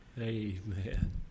amen